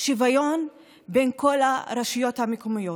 שוויון בין כל הרשויות המקומיות.